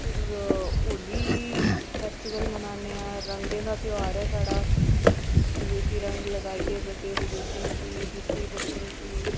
फिर होली फैस्टिवल मनाने आं रंगे दा त्यौहार ऐ साढ़ा इक दूएं गी रंग लाइयै बड़े बज़र्गे गी निक्के बच्चें गी